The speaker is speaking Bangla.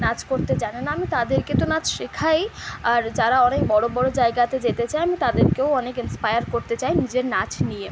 নাচ করতে জানে না আমি তাদেরকে তো নাচ শেখাই আর যারা অনেক বড় বড় জায়গাতে যেতে চায় আমি তাদেরকেও অনেক ইন্সপায়ার করতে চাই নিজের নাচ নিয়ে